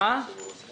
אדוני היושב-ראש,